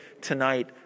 tonight